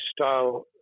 style